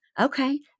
okay